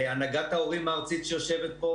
הנהגת ההורים הארצית שיושבת פה,